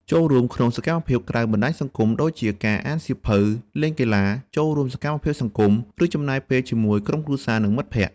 ចូលរួមក្នុងសកម្មភាពក្រៅបណ្តាញសង្គមដូចជាការអានសៀវភៅ លេងកីឡា ចូលរួមសកម្មភាពសង្គម ឬចំណាយពេលជាមួយក្រុមគ្រួសារ និងមិត្តភក្តិ។